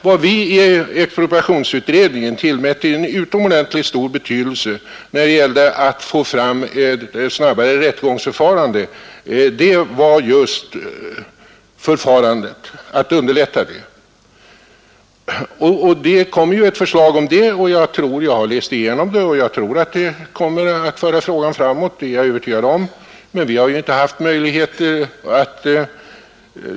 Vad vi i expropriationsutredningen tillmätte utomordentligt stor betydelse för att få fram ett snabbare rättegångsförfarande var just förfarandereglernas konstruktion. Det har kommit ett förslag om detta som jag läst igenom. Det har inte remissbehandlats.